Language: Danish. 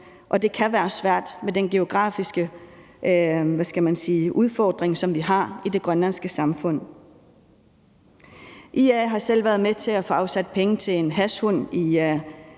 det kan være svært med den geografiske udfordring, som vi har i det grønlandske samfund. IA har selv været med til at få afsat penge til en hashhund i